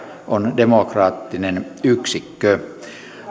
on demokraattinen yksikkö